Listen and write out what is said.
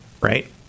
right